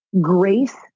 grace